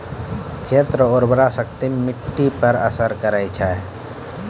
खेत रो उर्वराशक्ति मिट्टी पर असर करै छै